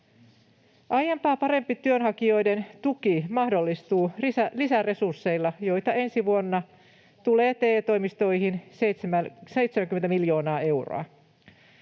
Aiempaa parempi työnhakijoiden tuki mahdollistuu lisäresursseilla, joita ensi vuonna tulee TE-toimistoihin 70 miljoonaa euroa.